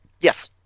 Yes